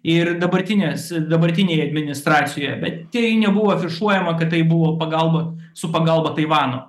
ir dabartinės dabartinėj administracijoj bet tai nebuvo afišuojama kad tai buvo pagalba su pagalba taivano